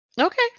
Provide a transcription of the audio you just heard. Okay